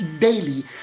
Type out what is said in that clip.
daily